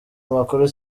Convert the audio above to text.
amakuru